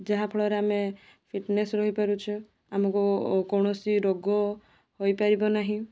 ଯାହାଫଳରେ ଆମେ ଫିଟ୍ନେସ୍ ରହିପାରୁଛୁ ଆମକୁ କୌଣସି ରୋଗ ହୋଇପାରିବ ନାହିଁ